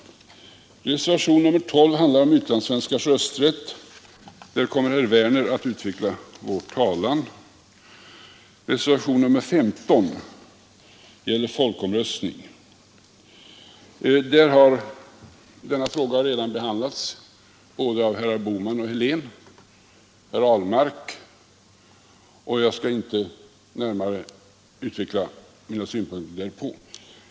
Reservation nr 12 handlar om utlandssvenskars rösträtt. På den punkten kommer herr Werner i Malmö att utveckla vår talan. Reservation nr 15 gäller folkomröstning. Denna fråga har redan behandlats av herrar Bohman, Helén och Ahlmark, och jag skall inte närmare redovisa mina synpunkter därpå.